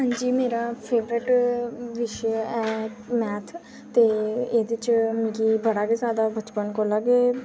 हंजी मेरा फेवरेट विशे ऐ मैथ ते एह्दे च मिगी बड़ा गै जैदा बचपन कोला गै